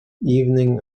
evening